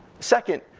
second,